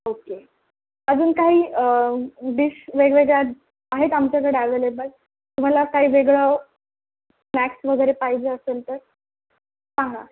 okay अजून काही dish वेगवेगळ्या आहेत आमच्याकडे अवेलेबल तुम्हाला काही वेगळं स्नॅक्स वगैरे पाहिजे असेल तर हां हां